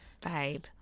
Babe